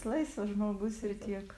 laisvas žmogus ir tiek